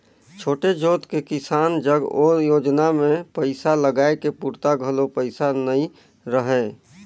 छोटे जोत के किसान जग ओ योजना मे पइसा लगाए के पूरता घलो पइसा नइ रहय